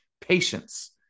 Patience